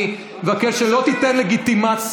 אני מבקש שלא תיתן לגיטימציה,